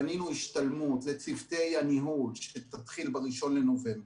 בנינו השתלמות לצוותי הניהול שתתחיל בראשון בנובמבר.